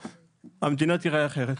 המדינה תיראה אחרת.